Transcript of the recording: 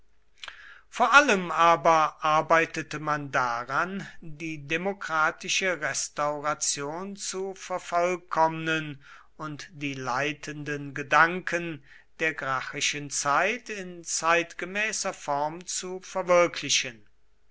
vor allem aber arbeitete man daran die demokratische restauration zu vervollkommnen und die leitenden gedanken der gracchischen zeit in zeitgemäßer form zu verwirklichen